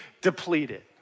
depleted